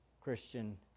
Christian